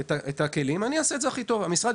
את הכלים ואני אעשה את זה הכי טוב" המשרד